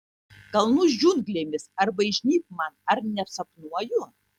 kalnų džiunglėmis arba įžnybk man ar nesapnuoju